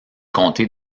comté